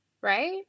right